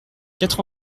quatre